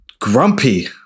Grumpy